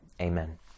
Amen